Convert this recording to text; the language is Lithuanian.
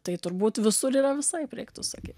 tai turbūt visur yra visaip reiktų sakyt